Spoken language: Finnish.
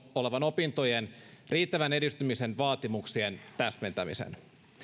olevan opintojen riittävän edistymisen vaatimuksien täsmentämisen